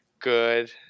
good